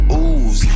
ooze